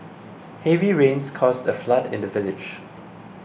heavy rains caused a flood in the village